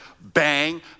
bang